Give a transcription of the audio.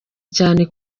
cyane